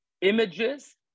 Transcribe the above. images